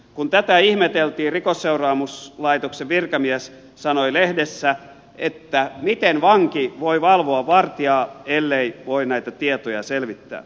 kun tätä ihmeteltiin rikosseuraamuslaitoksen virkamies sanoi lehdessä että miten vanki voi valvoa vartijaa ellei voi näitä tietoja selvittää